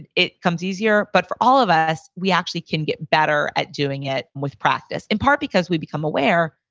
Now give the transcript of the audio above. it it comes easier. but for all of us, we actually can get better at doing it with practice. in part, because we become aware.